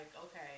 okay